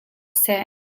seh